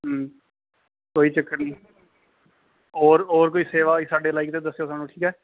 कोई चक्कर नी होर होर कोई सेवी होई साढ़े लाइक तां दस्सेओ सानू ठीक ऐ